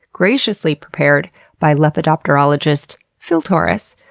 graciously prepared by lepidopterologist phil torres.